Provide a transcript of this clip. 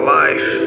life